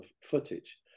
footage